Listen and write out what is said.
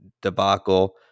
debacle